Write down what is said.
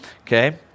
Okay